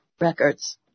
records